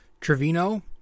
Trevino